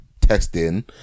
testing